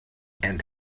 and